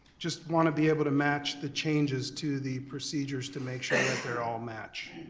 just wanna be able to match the changes to the procedures to make sure that they're all match.